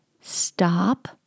stop